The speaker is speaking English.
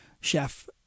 chef